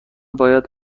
باید